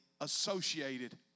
associated